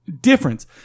Difference